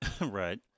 Right